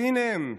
והינה הם,